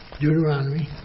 Deuteronomy